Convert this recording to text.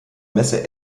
messe